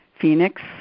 Phoenix